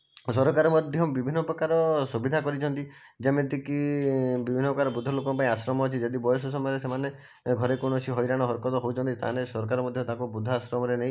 ସରକାର ମଧ୍ୟ ବିଭିନ୍ନ ପ୍ରକାର ସୁବିଧା କରିଛନ୍ତି ଯେମିତିକି ବିଭିନ୍ନ ପ୍ରକାର ବୃଦ୍ଧଲୋକଙ୍କ ପାଇଁ ଆଶ୍ରମ ଅଛି ଯଦି ବୟସ ସୀମାରେ ସେମାନେ ଘରେ କୌଣସି ହଇରାଣ ହରକତ ହେଉଛନ୍ତି ତାହେଲେ ସରକାର ମଧ୍ୟ ତାକୁ ବୃଦ୍ଧାଶ୍ରମରେ ନେଇ